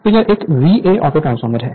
तो यह एक VA ऑटो ट्रांसफार्मर है